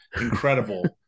incredible